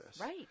Right